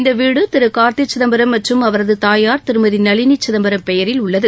இந்த வீடு திரு கார்த்தி சிதம்பரம் மற்றும் அவரது தயார் திருமதி நளினி சிதம்பரம் பெயரில் உள்ளது